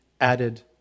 added